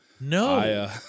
no